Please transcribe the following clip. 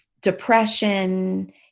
depression